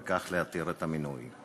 וכך להתיר את המינוי.